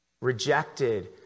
rejected